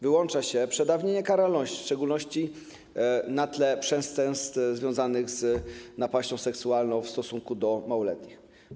Wyłącza się przedawnienie karalności, w szczególności na tle przestępstw związanych z napaścią seksualną w stosunku do małoletnich.